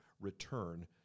return